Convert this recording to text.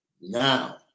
now